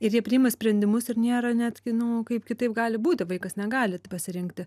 ir jie priima sprendimus ir nėra netgi nu kaip kitaip gali būti vaikas negali pasirinkti